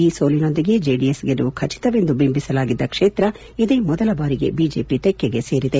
ಈ ಸೋಲಿನೊಂದಿಗೆ ಜೆಡಿಎಸ್ ಗೆಲುವು ಖಚಿತವೆಂದು ಬಿಂಬಿಸಲಾಗಿದ್ದ ಕ್ಷೇತ್ರ ಇದೇ ಮೊದಲ ಬಾರಿಗೆ ಬಿಜೆಪಿ ತೆಕ್ಕಗೆ ಸೇರಿದೆ